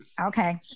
Okay